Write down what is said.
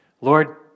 Lord